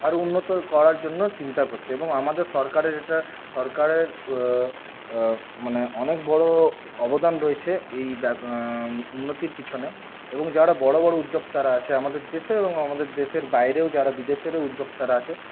আরও উন্নত করার জন্য চিন্তা করছে এবং আমাদের সরকারের এটা সরকারের মানে অনেক বড়ো অবদান রয়েছে এই উন্নতির পিছনে এবং যারা বড়ো বড়ো উদ্যোক্তারা আছে আমাদের দেশে এবং আমাদের দেশের বাইরেও যারা বিদেশেরও উদ্যোক্তারা আছে